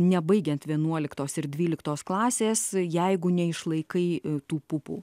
nebaigiant vienuoliktos ir dvyliktos klasės jeigu neišlaikai tų pupų